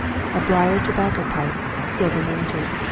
a briar tobacco-pipe, silver-mounted.